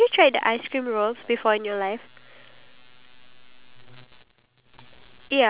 we are leaving in the morning and we got no time to like oh let me pack in the morning or something